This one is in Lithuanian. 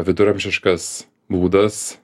viduramžiškas būdas